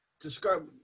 describe